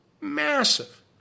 massive